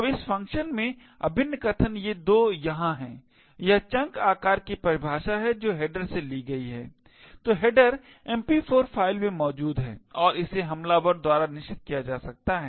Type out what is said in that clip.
अब इस फंक्शन में अभिन्न कथन ये 2 यहाँ हैं यह चंक आकार की परिभाषा है जो हेडर से ली गई है तो हेडर MP4 फ़ाइल में मौजूद है और इसे हमलावर द्वारा निश्चित किया जा सकता है